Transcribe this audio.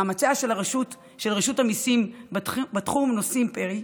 מאמציה של רשות המיסים בתחום נושאים פרי: